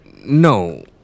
No